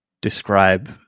describe